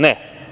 Ne.